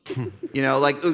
you know, like,